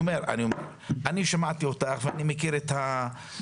תומר תעשה את זה כדי לפתוח את היישבה לדיון,